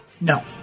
No